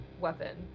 weapon